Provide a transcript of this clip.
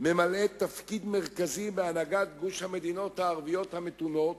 ממלאת תפקיד מרכזי בהנהגת גוש המדינות הערביות המתונות